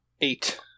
Eight